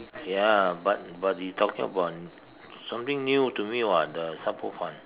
ya but but you're talking about something new to me [what] the Sha-Bo-Fan